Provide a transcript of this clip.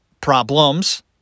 problems